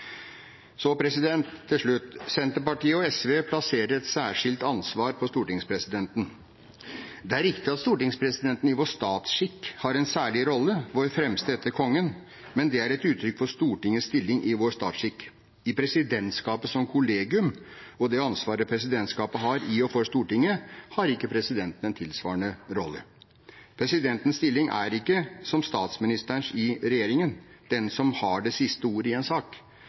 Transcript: Så, til slutt: Senterpartiet og SV plasserer et særskilt ansvar på stortingspresidenten. Det er riktig at stortingspresidenten i vår statsskikk har en særlig rolle, vår fremste etter Kongen. Men det er et uttrykk for Stortingets stilling i vår statsskikk. I presidentskapet som kollegium og det ansvaret presidentskapet har i og for Stortinget, har ikke presidenten en tilsvarende rolle. Presidentens stilling er ikke, som statsministerens i regjeringen, den som har det siste ordet i en sak.